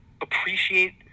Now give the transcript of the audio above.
appreciate